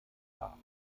dar